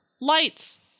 lights